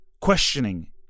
Questioning